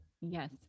Yes